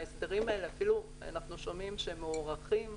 ההסדרים האלה, אפילו אנחנו שומעים שהם מוארכים.